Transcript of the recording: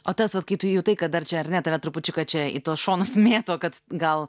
o tas vat kai tu jutai kad dar čia ar ne tave trupučiuką čia į tuos šonus mėto kad gal